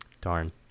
darn